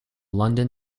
london